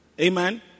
Amen